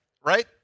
right